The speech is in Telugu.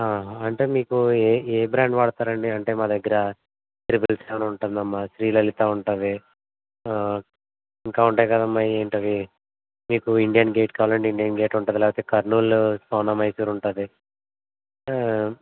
అంటే మీకు ఏ ఏ బ్రాండ్ వాడతారండి అంటే మా దగ్గర త్రిబుల్ సెవెన్ ఉంటుందమ్మా శ్రీ లలిత ఉంటుంది ఇంకా ఉంటాయి కదమ్మా అయి ఏంటవి మీకు ఇండియన్ గేట్ కావాలంటే ఇండియన్ గేట్ ఉంటుంది లేపోతే కర్నూలు సోనా మైసూర్ ఉంటుంది